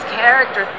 character